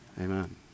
Amen